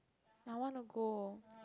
I wanna go